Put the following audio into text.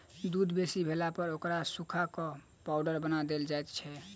दूध बेसी भेलापर ओकरा सुखा क पाउडर बना देल जाइत छै